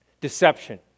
Deception